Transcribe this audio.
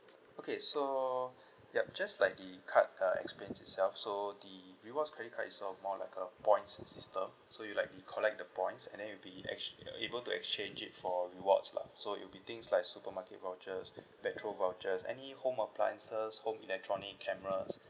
okay so yup just like the card uh explains itself so the rewards credit card itself more like a points system so you like you collect the points and then you'll be excha~ uh able to exchange it for rewards lah so it'll be things like supermarket vouchers petrol vouchers any home appliances home electronic cameras